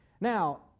Now